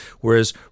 Whereas